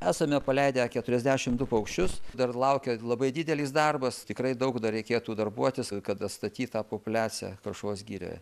esame paleidę keturiasdešim du paukščius dar laukia labai didelis darbas tikrai daug dar reikėtų darbuotis kad atstatyt tą populiaciją karšuvos girioje